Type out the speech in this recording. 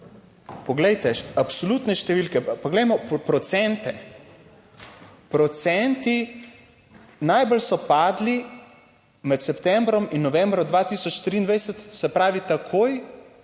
Poglejte, absolutne številke, pa poglejmo procente. Procenti, najbolj so padli med septembrom in novembrom 2023, se pravi, takoj,